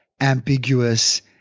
ambiguous